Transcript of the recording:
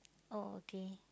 oh okay